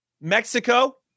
Mexico